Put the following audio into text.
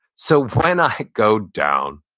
so when i go down,